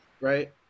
right